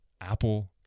Apple